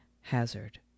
hazard